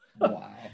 Wow